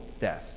death